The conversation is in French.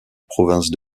province